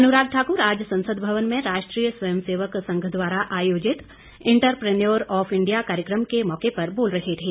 अनुराग ठाकुर आज संसद भवन में राष्ट्रीय स्वयं सेवक संघ द्वारा आयोजित इंटर प्रन्योर ऑफ इंडिया कार्यक्रम के मौके पर बोल रहे थे